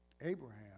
Abraham